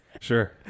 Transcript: Sure